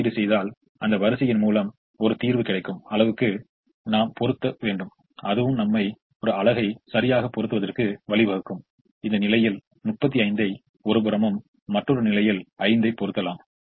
இப்போது பெற்று கொண்ட இந்த தீர்வுகள் மூலம் நாம் வேறு ஏதாவது செய்யப் போகிறோம் அதாவது ஒவ்வொரு விநியோகத்துடனும் ஒவ்வொரு கோரிக்கையுடனும் ஒரு இணைப்பை எற்படுத்த போகிறோம்